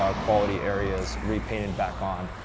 ah quality areas repainted back on.